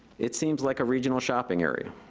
it seems like a regional shopping area.